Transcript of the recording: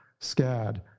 SCAD